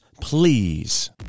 please